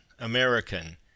American